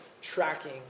tracking